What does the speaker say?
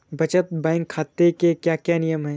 बचत बैंक खाते के क्या क्या नियम हैं?